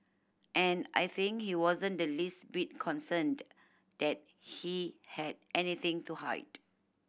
and I think he wasn't the least bit concerned that he had anything to hide